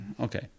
Okay